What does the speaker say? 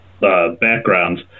backgrounds